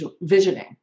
visioning